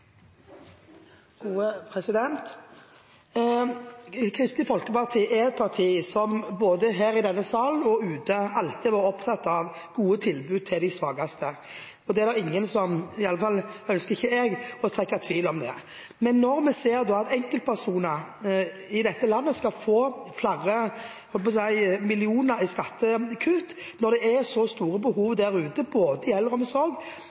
gode tilbud til de svakeste, og det er det ingen som trekker i tvil, iallfall ønsker ikke jeg å gjøre det. Men når vi ser at enkeltpersoner i dette landet skal få flere millioner i skattekutt – når det er så store behov